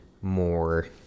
more